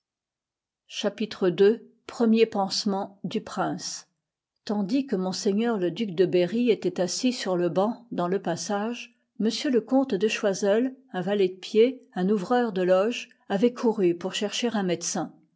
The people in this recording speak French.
chapitre il premier pansement du prince tandis que ms le duc de berry ëtoit assis sur le banc dans lé passage m le comte de choiseul un valet de pied un ouvreur de loges avoient couru pour chercher un médecin